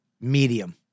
medium